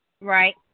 Right